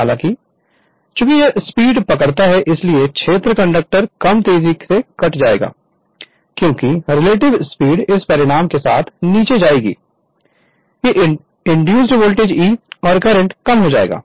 हालांकि चूंकि यह स्पीड पकड़ता है इसलिए क्षेत्र कंडक्टर कम तेजी से कट जाएगा क्योंकि रिलेटिव स्पीड इस परिणाम के साथ नीचे जाएगी कि इंड्यूस वोल्टेज E और करंट कम हो जाएगा